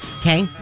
Okay